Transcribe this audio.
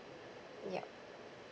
yup